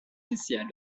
spécial